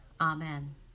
Amen